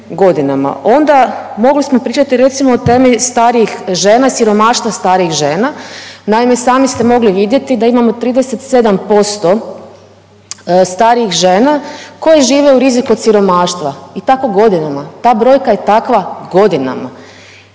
Onda mogli smo pričati recimo o temi starijih žena i siromaštva starijih žena. Naime, sami ste mogli vidjeti da imamo 37% starijih žena koje žive u riziku od siromaštva i tako godinama. Ta brojka je takva godinama.